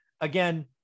again